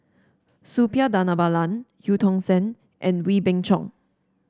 Suppiah Dhanabalan Eu Tong Sen and Wee Beng Chong